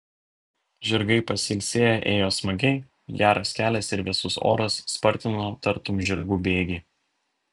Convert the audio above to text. žirgai pasilsėję ėjo smagiai geras kelias ir vėsus oras spartino tartum žirgų bėgį